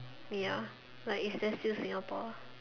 ya like is there still Singapore